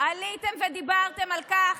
על כך